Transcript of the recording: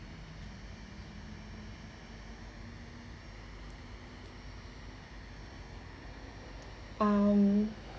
um